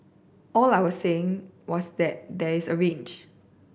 all I was saying was that there is a range